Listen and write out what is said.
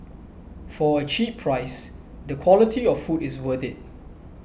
for a cheap price the quality of food is worth it